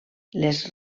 les